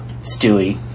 stewie